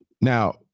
Now